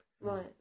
Right